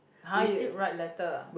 !huh! you write letter ah